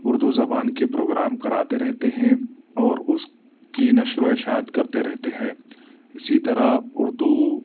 اردو زبان کے پروگرام کراتے رہتے ہیں اور اس کی نشر و اشاعت کرتے رہتے ہیں اسی طرح اردو